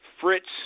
Fritz